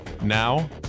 Now